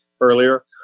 earlier